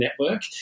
network